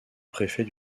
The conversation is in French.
préfet